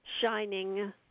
shining